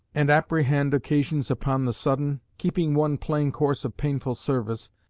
and apprehend occasions upon the sudden, keeping one plain course of painful service,